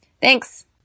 Thanks